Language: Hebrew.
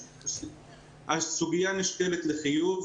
הסוגיה נשקלת לחיוב.